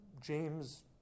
James